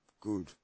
good